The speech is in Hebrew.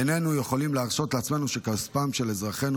איננו יכולים להרשות לעצמנו שכספם של אזרחינו